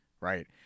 right